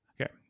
Okay